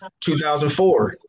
2004